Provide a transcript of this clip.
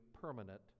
permanent